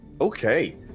Okay